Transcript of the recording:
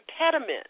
impediment